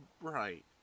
Right